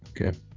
Okay